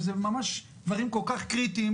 וזה דברים כל כך קריטיים.